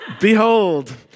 Behold